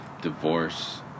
divorce